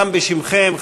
גם בשמכם,